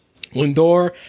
Lindor